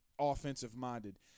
offensive-minded